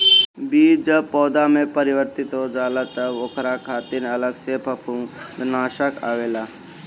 बीज जब पौधा में परिवर्तित हो जाला तब ओकरे खातिर अलग से फंफूदनाशक आवेला